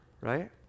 right